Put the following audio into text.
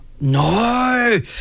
no